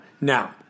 Now